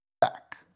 back